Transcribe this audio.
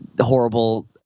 Horrible